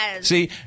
See